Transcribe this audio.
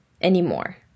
anymore